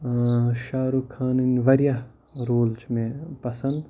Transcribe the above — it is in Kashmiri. شاہ رُخ خانٕنۍ واریاہ رول چھِ مےٚ پَسنٛد